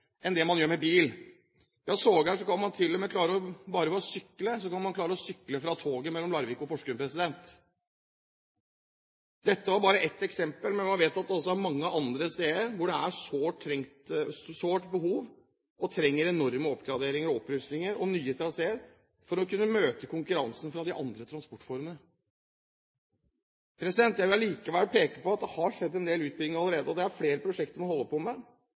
bil, ja, sågar kan man klare å sykle fra toget mellom Larvik og Porsgrunn. Dette var bare ett eksempel, men man vet at det også er mange andre steder hvor det er et sårt behov, hvor man trenger enorme oppgraderinger og opprustninger og nye traseer for å kunne møte konkurransen fra de andre transportformene. Jeg vil allikevel peke på at det har skjedd en del utbygging allerede, og det er flere prosjekter man holder på med,